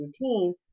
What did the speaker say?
routine